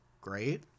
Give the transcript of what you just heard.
great